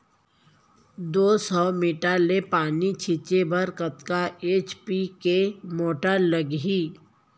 दो सौ मीटर ले पानी छिंचे बर कतका एच.पी के मोटर लागही?